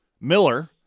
Miller